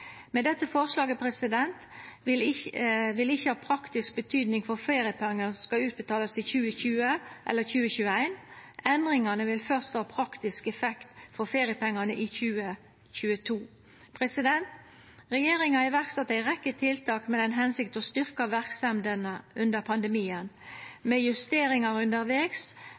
dette forslaget vil ikkje ha praktisk betydning for feriepengar som skal utbetalast i 2020 eller 2021. Endringane vil først ha praktisk effekt for feriepengane i 2022. Regjeringa sette i verk ei rekkje tiltak med den hensikt å styrkja verksemdene under pandemien. Med justeringar undervegs